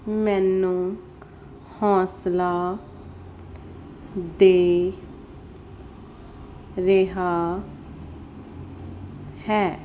ਮੈਨੂੰ ਹੌਸਲਾ ਦੇ ਰਿਹਾ ਹੈ